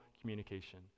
communication